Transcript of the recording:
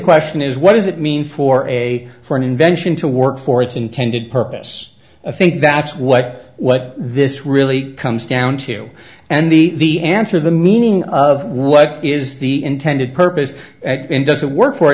question is what does it mean for a for an invention to work for its intended purpose think that's what what this really comes down to and the answer the meaning of what is the intended purpose and does it work for